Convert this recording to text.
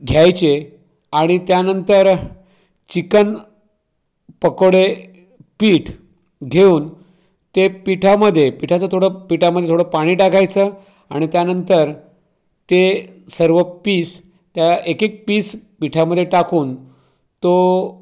घ्यायचे आणि त्यानंतर चिकन पकोडे पीठ घेऊन ते पीठामध्ये पीठाचं थोडं पीठामध्ये थोडं पाणी टाकायचं आणि त्यानंतर ते सर्व पीस त्या एकेक पीस पीठामध्ये टाकून तो